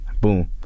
Boom